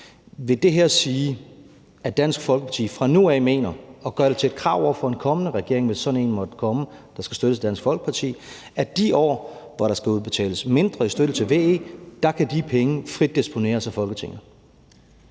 Vil det her sige, at Dansk Folkeparti fra nu af mener og gør det til et krav over for en kommende regering, hvis sådan en måtte komme, der skal støttes af Dansk Folkeparti, at i de år, hvor der skal udbetales mindre i støtte til VE, kan Folketinget frit disponere over de